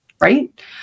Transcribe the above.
right